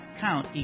count